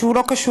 שהוא לא קשור,